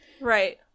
Right